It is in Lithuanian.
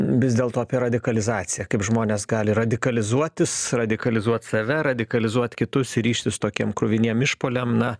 vis dėlto apie radikalizaciją kaip žmonės gali radikalizuotis radikalizuot save radikalizuot kitus ir ryžtis tokiem kruviniem išpuoliam na